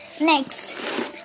Next